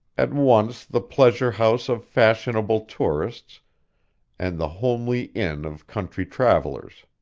at once the pleasure house of fashionable tourists and the homely inn of country travellers.